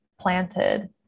planted